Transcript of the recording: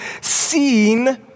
seen